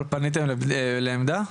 אבל פניתם לקבלת עמדה?